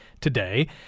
today